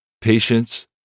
patience